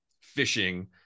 fishing